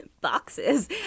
boxes